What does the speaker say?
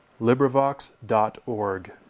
LibriVox.org